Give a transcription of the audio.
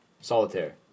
Solitaire